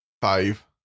five